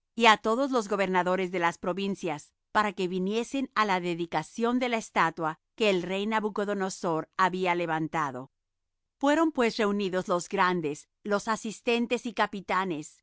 y á todos los gobernadores de las provincias para que viniesen á la dedicación de la estatua que el rey nabucodonosor había levantado fueron pues reunidos los grandes los asistentes y capitanes los